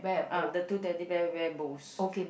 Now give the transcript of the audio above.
ah the two Teddy Bears wear bows